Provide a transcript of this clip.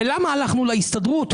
ולמה הלכנו להסתדרות?